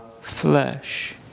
flesh